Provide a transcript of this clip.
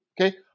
okay